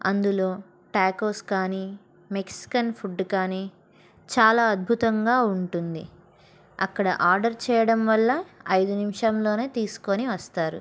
అందులో టాకోస్ కానీ Mexican food కానీ చాలా అద్భుతంగా ఉంటుంది అక్కడ ఆర్డర్ చేయడం వల్ల ఐదు నిమిషంలోనే తీసుకుని వస్తారు